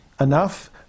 Enough